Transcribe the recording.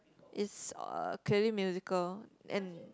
is uh clearly musical and